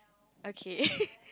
okay